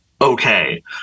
okay